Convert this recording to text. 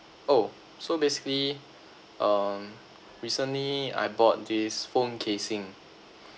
oh so basically um recently I bought this phone casing